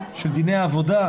של דיני עבודה,